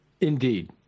Indeed